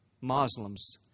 Muslims